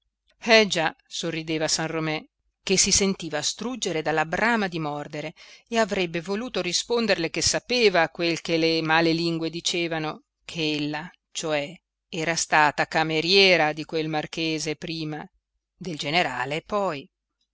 eh già sorrideva san romé che si sentiva struggere dalla brama di mordere e avrebbe voluto risponderle che sapeva quel che le male lingue dicevano che ella cioè era stata cameriera di quel marchese prima del generale poi